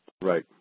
Right